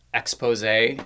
expose